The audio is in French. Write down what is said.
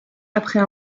après